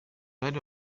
bari